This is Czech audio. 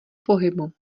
pohybu